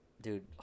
Dude